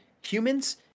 humans